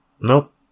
Nope